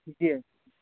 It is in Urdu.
جی